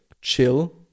chill